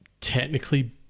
technically